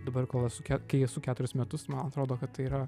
dabar kol esu kai esu keturis metus man atrodo kad tai yra